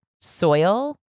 soil